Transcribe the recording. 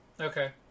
Okay